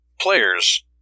players